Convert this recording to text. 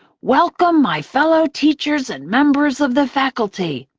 welcome, my fellow teachers and members of the faculty,